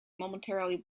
momentarily